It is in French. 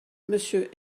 monsieur